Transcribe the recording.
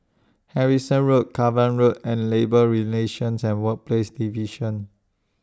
Harrison Road Cavan Road and Labour Relations and Workplaces Division